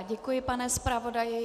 Děkuji, pane zpravodaji.